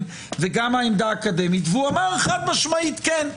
וגם העמדה האקדמית והוא אמר חד משמעית כן.